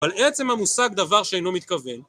אבל עצם המושג דבר שאינו מתכוון